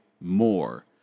more